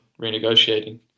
renegotiating